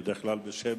בדרך כלל בשם